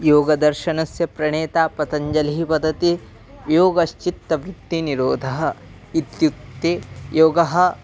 योगदर्शनस्य प्रणेता पतञ्जलिः वदति योगश्चित्तवृत्तिनिरोधः इत्युक्ते योगः